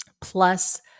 plus